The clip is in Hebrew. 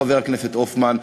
חבר הכנסת הופמן,